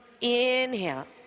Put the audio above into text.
inhale